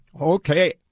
Okay